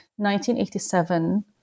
1987